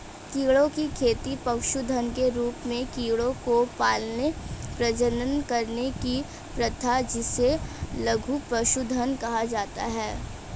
कीड़ों की खेती पशुधन के रूप में कीड़ों को पालने, प्रजनन करने की प्रथा जिसे लघु पशुधन कहा जाता है